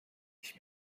ich